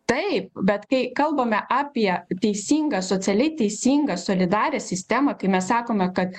taip bet kai kalbame apie teisingą socialiai teisingą solidarią sistemą kai mes sakome kad